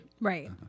Right